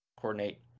coordinate